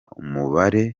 umubare